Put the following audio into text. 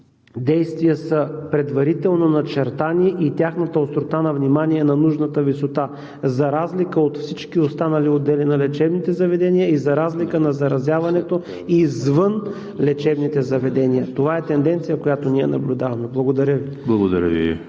действия са предварително начертани и тяхната острота на внимание е на нужната висота. За разлика от всички останали отделения на лечебните заведения и за разлика на заразяването извън лечебните заведения. Това е тенденция, която ние наблюдаваме. Благодаря Ви.